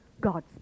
God's